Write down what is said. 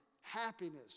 happiness